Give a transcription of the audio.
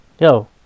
yo